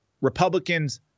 Republicans